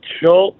show